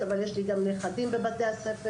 אבל יש לי גם נכדים בבתי ספר,